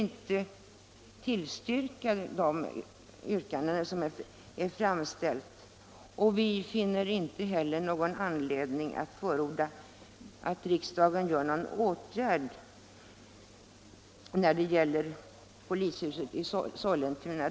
Vi fann heller inte anledning förorda att riksdagen vidtar någon åtgärd med anledning av yrkandet om projekteringsuppdrag beträffande nytt polishus i Sollentuna.